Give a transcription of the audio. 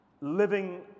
living